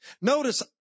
Notice